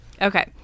Okay